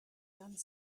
done